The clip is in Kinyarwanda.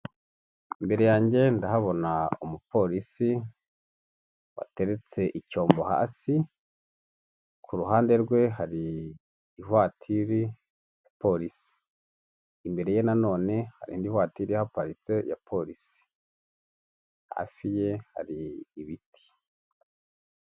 Imbere yanjye ndahabona umupolisi wateretse icyombo hasi, ku ruhande rwe hari ivatiri ya polisi, imbere ye nanone hari indi vature ihaparitse ya polisi hafiye hari ibiti.